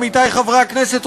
עמיתי חברי הכנסת,